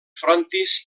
frontis